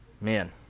man